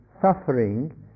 suffering